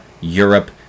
Europe